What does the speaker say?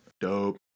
Dope